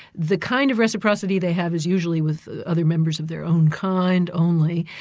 the kind of reciprocity they have is usually with other members of their own kind only.